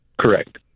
Correct